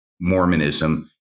Mormonism